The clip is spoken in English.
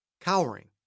cowering